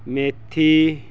ਮੇਥੀ